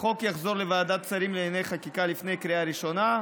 החוק יחזור לוועדת שרים לענייני חקיקה לפני קריאה ראשונה,